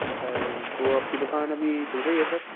अच्छा सर तो आपकी दुकान अभी खुल रही है सर